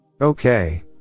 Okay